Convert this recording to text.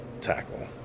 tackle